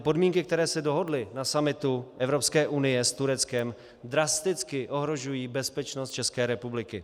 Podmínky, které se dohodly na summitu Evropské unie s Tureckem, drasticky ohrožují bezpečnost České republiky.